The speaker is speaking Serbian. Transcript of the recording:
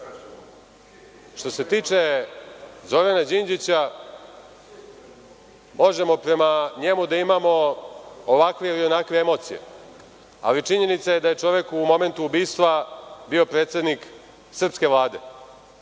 Što se tiče Zorana Đinđića, možemo prema njemu da imamo ovakve ili onakve emocije, ali činjenica je da je čovek u momentu ubistva bio predsednik srpske Vlade.